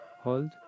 Hold